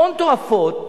הון תועפות.